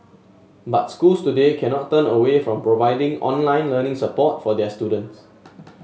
but schools today cannot turn away from providing online learning support for their students